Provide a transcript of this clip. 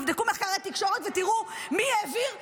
תבדקו מחקרי תקשורת ותראו מי העביר ולמה.